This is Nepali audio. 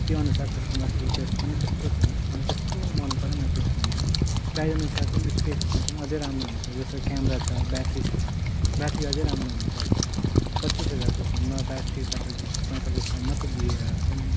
त्योअनुसार त्यसकोमा फिचर्स पनि त्यस्तो छैन मलाई त्यस्तो मन परेन त्यो फोन चाहिँ प्राइसअनुसार चाहिँ इस्पेक्समा चाहिँ अझै राम्रो हुनु पर्ने जस्तै क्यामेरा ब्याट्री छ ब्याट्री अझै राम्रो हुनु पर्थ्यो पच्चिस हजारको फोनमा ब्याट्री तपाईँको पैँतालिससम्म मात्र दिएर चाहिँ